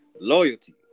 Loyalty